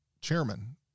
chairman